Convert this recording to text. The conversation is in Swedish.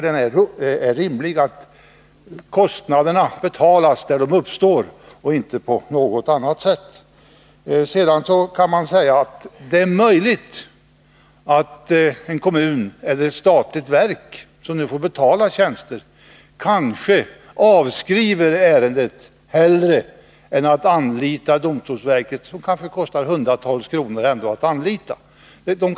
Det är rimligt att kostnaderna betalas där de uppstår och inte på något annat sätt. Sedan kan man säga att det är möjligt att en kommun eller ett statligt verk, som nu får betala tjänsterna, kanske hellre avskriver en mindre fordran än anlitar domstolsverket, som det kanske kostar hundratals kronor att anlita.